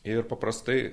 ir paprastai